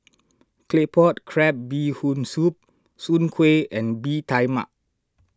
Claypot Crab Bee Hoon Soup Soon Kway and Bee Tai Mak